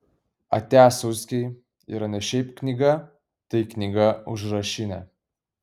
atia suskiai yra ne šiaip knyga tai knyga užrašinė